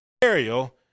burial